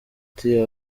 ati